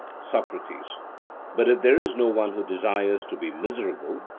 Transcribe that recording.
socrates but if there is no one who desires to be miserable,